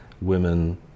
women